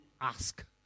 ask